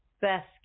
best